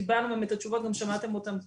קיבלנו מהן את התשובות ואתם גם שמעתם אותן כאן.